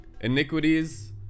iniquities